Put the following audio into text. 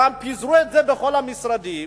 גם פיזרו את זה בכל המשרדים,